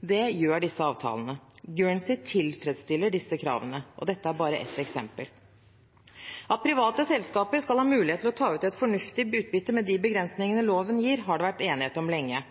Det gjør disse avtalene. Guernsey tilfredsstiller disse kravene, og dette er bare ett eksempel. At private selskaper skal ha mulighet til å ta ut et fornuftig utbytte, med de begrensningene loven gir, har det vært enighet om lenge.